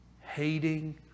hating